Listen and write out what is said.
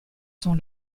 sont